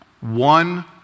One